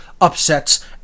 upsets